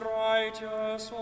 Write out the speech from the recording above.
righteous